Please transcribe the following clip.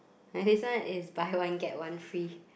my this one is buy one get one free